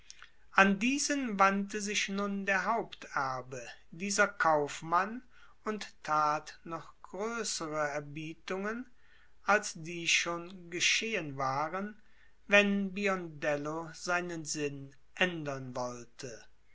an diesen wandte sich nun der haupterbe dieser kaufmann und tat noch größere erbietungen als die schon geschehen waren wenn biondello seinen sinn ändern wollte